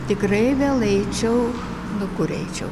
tikrai vėl eičiau nu kur eičiau